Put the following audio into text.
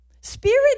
Spirit